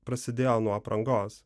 prasidėjo nuo aprangos